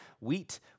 wheat